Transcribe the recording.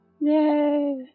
Yay